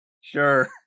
sure